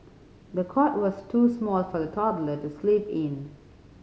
the cot was too small for the toddler to sleep in